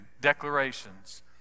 declarations